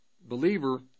believer